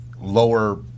lower